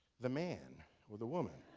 the man or the woman.